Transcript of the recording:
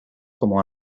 como